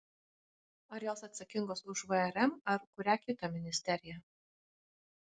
ar jos atsakingos už vrm ar kurią kitą ministeriją